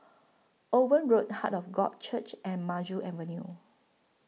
Owen Road Heart of God Church and Maju Avenue